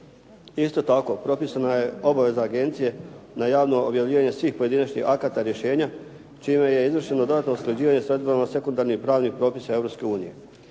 Isto tako, propisana je obaveza agencije na javno objavljivanje svih pojedinačnih akata, rješenja čime je izvršeno dodatno usklađivanje s odredbama sekundarnih i pravnih propisa